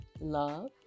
love